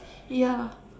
ya